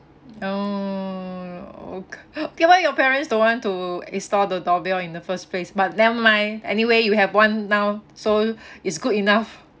oh okay okay why your parents don't want to install the doorbell in the first place but never mind anyway you have one now so it's good enough